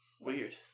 Weird